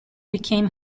became